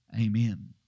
Amen